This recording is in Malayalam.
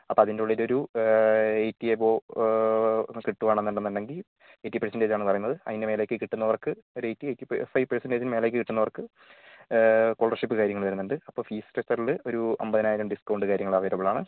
അപ്പോൾ അതിൻ്റെ ഉള്ളിലൊരു എയ്റ്റി എബൊവ് ഒക്കെ കിട്ടുകയാണെന്നുണ്ടെന്ന് ഉണ്ടെങ്കിൽ എയ്റ്റി പെർസെൻ്റേജ് ആണ് പറയുന്നത് അതിൻ്റെ മേലേക്ക് കിട്ടുന്നവർക്ക് ഒരു എയ്റ്റി എയ്റ്റി ഫൈവ് പെർസെൻ്റേജിന് മേലേക്ക് കിട്ടുന്നവർക്ക് സ്കോളർഷിപ്പ് കാര്യങ്ങൾ വരുന്നുണ്ട് അപ്പോൾ ഫീസ് സ്ട്രക്ച്ചറിൽ ഒരു അമ്പതിനായിരം ഡിസ്ക്കൗണ്ട് കാര്യങ്ങൾ അവൈലബിൾ ആണ്